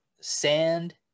sand